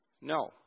no